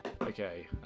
okay